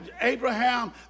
Abraham